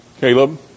Caleb